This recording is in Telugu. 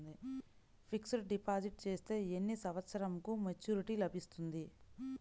ఫిక్స్డ్ డిపాజిట్ చేస్తే ఎన్ని సంవత్సరంకు మెచూరిటీ లభిస్తుంది?